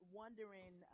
wondering